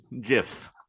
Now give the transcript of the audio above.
gifs